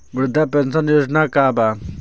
वृद्ध पेंशन योजना का बा?